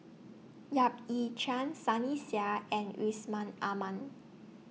Yap Ee Chian Sunny Sia and Yusman Aman